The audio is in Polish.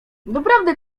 doprawdy